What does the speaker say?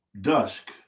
dusk